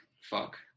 fuck